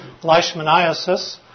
leishmaniasis